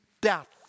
death